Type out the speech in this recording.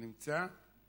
נמצא?